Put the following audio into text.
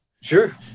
Sure